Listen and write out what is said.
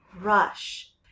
rush